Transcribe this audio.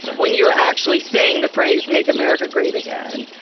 when you're actually saying the phrase make america great again.